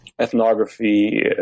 ethnography